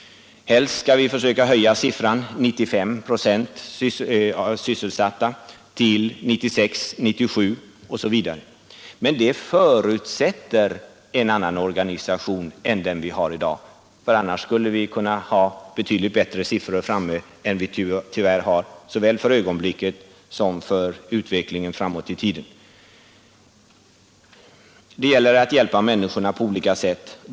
Helst skall vi försöka höja siffran 95 procent sysselsatta till 96, 97 osv. Men det förutsätter en annan organisation än den vi har i dag, för annars skulle vi kunna ha betydligt bättre siffror än dem vi tyvärr har för ögonblicket och som vi kan räkna med framåt i tiden. Det gäller att hjälpa människorna på olika sätt.